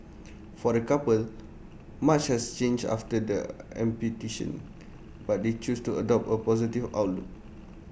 for the couple much has changed after the amputation but they choose to adopt A positive outlook